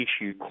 issue